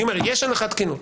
אני אומר שיש הנחת תקינות.